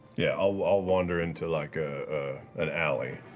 yeah, i'll wander into like ah an alley.